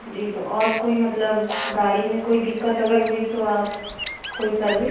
जी तो और कोई मतलब गाड़ी में कोई दिक्कत अगर हुई तो आप कोई सर्विस